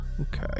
Okay